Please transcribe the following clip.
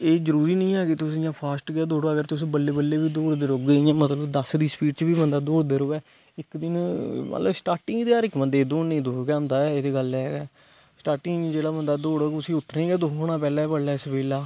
एह् जरुरी नेई ऐ कि तुस इयां फास्ट गै दौड़ो अगर तुस बल्लें बल्लें बी दौड़दे रौहगे इयां मतलब दस दी स्पीड च बी बंदा दौडदा रवे इक दिन मतलब स्टार्टिग च हर इक वंदे गी दुख गै होंदा ऐ स्टार्टिंग च जेहडा बंदा दौड़ग उसी उट्ठने गी दुख होना पैहलें बल्लें सवेला